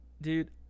Dude